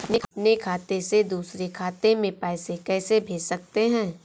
अपने खाते से दूसरे खाते में पैसे कैसे भेज सकते हैं?